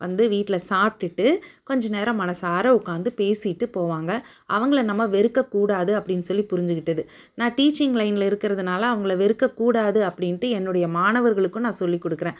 வந்து வீட்டில் சாப்பிடுட்டு கொஞ்சம் நேரம் மனசார உட்காந்து பேசிட்டு போவாங்க அவங்கள நம்ம வெறுக்கக்கூடாது அப்படின்னு சொல்லி புரிஞ்சிக்கிட்டது நான் டீச்சிங் லைனில் இருக்கிறதுனால அவங்கள வெறுக்கக்கூடாது அப்படின்ட்டு என்னுடைய மாணவர்களுக்கும் நான் சொல்லி கொடுக்கறேன்